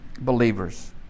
believers